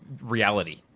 reality